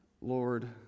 Lord